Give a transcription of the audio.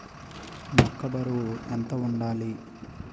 మొక్కొ బరువు ఎంత వుండాలి?